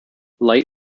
light